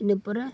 ᱤᱱᱟᱹ ᱯᱚᱨᱮ